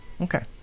okay